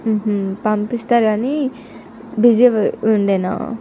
పంపిస్తాను కానీ బిజీ ఉండేనా